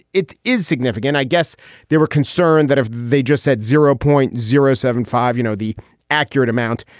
it is significant i guess they were concerned that if they just said zero point zero, seven five, you know, the accurate amount,